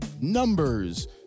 Numbers